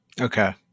Okay